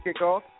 kickoff